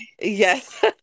Yes